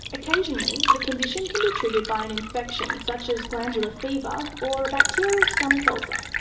occasionally the condition can be triggered by an infection such as glandular fever or a bacterial stomach ulcer.